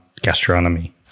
gastronomy